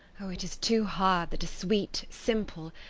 oh, it is too hard that a sweet, simple,